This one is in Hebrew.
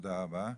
תודה רבה.